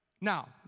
Now